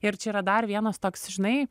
ir čia yra dar vienas toks žinai